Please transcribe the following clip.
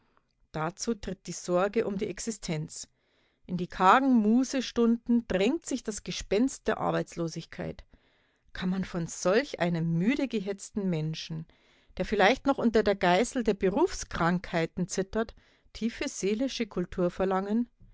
dazu tritt die sorge um die existenz in die kargen mußestunden drängt sich das gespenst der arbeitslosigkeit kann man von solch einem müde gehetzten menschen der vielleicht noch unter der geißel der berufskrankheiten zittert tiefe seelische kultur verlangen